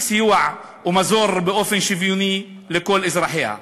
סיוע ומזור באופן שוויוני לכל אזרחיה.